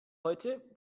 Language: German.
heute